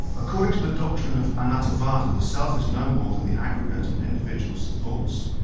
according to the doctrine of annata vada the self is no more than the aggregate of an individual's thoughts,